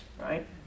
Right